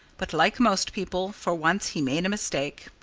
but like most people, for once he made a mistake.